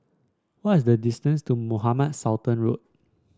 what is the distance to Mohamed Sultan Road